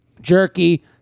Jerky